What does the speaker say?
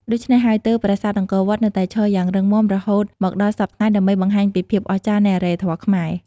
ដូច្នេះហើយ ទើបប្រាសាទអង្គរនៅតែឈរយ៉ាងរឹងមាំរហូតមកដល់សព្វថ្ងៃ ដើម្បីបង្ហាញពីភាពអស្ចារ្យនៃអរិយធម៌ខ្មែរ។